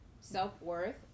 self-worth